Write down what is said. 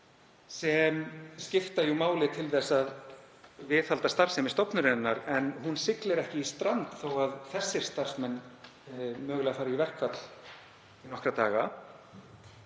Þeir skipta máli til að viðhalda starfsemi stofnunarinnar en hún siglir ekki í strand þó að þessir starfsmenn fari í verkfall í nokkra daga,